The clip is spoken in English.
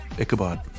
Ichabod